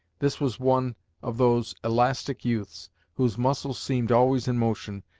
this was one of those elastic youths whose muscles seemed always in motion,